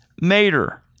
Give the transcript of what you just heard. Mater